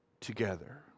together